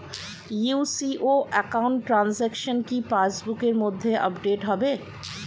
UCO account transaction কি pass বুকের মধ্যে আপডেট হবে?